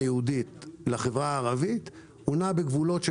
היהודית ובין האשראי הצרכני בחברה הערבית נע בגבולות של